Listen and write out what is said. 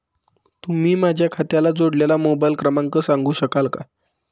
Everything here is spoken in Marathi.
तुम्ही माझ्या खात्याला जोडलेला मोबाइल क्रमांक सांगू शकाल का?